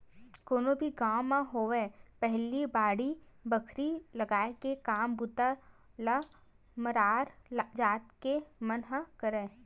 कोनो भी गाँव म होवय पहिली बाड़ी बखरी लगाय के काम बूता ल मरार जात के मन ही करय